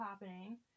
happening